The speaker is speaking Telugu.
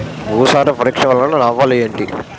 భూసార పరీక్ష వలన లాభాలు ఏంటి?